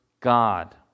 God